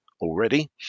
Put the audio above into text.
already